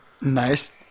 Nice